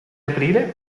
aprile